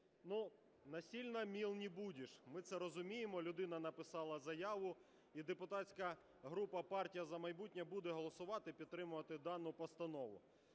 Ну, насильно мил не будешь, ми це розуміємо, людина написала заяву, і депутатська група "Партія "За майбутнє" буде голосувати і підтримувати дану постанову.